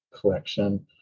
collection